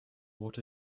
what